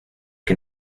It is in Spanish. que